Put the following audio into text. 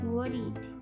Worried